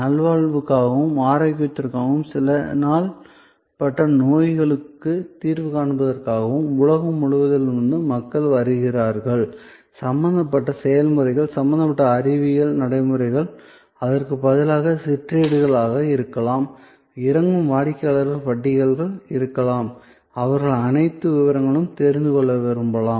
நல்வாழ்வுக்காகவும் ஆரோக்கியத்திற்காகவும் சில நாள்பட்ட நோய்களுக்கு தீர்வு காண்பதற்காகவும் உலகம் முழுவதிலுமிருந்து மக்கள் வருகிறார்கள் சம்பந்தப்பட்ட செயல்முறைகள் சம்பந்தப்பட்ட அறிவியல் நடைமுறைகள் அதற்கு பதிலாக சிற்றேடுகள் இருக்கலாம் இறங்கும் வாடிக்கையாளருக்கான பட்டியல்கள் இருக்கலாம் அவர்கள் அனைத்து விவரங்களையும் தெரிந்து கொள்ள விரும்பலாம்